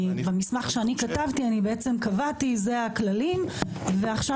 כי במסמך שאני כתבתי אני קבעתי: זה הכללים ועכשיו